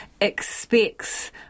expects